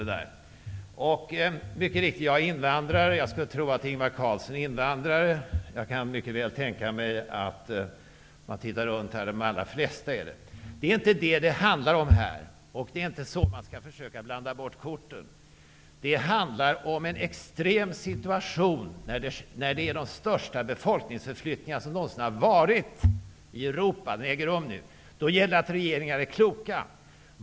Jag är mycket riktigt invandrare. Jag skulle tro att Ingvar Carlsson är invandrare. Jag kan mycket väl tänka mig att de allra flesta här i kammaren är det. Det är inte det det handlar om. Man skall inte försöka blanda bort korten på det sättet. Här handlar det om en extrem situation. De största befolkningsförflyttningarna någonsin i Europa äger rum nu. Då gäller det att regeringar är kloka.